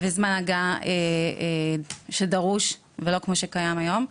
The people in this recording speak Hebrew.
לסדר את זמן ההגעה שדרוש ולא כמו שקיים היום.